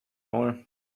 more